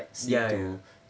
ya ya